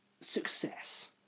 success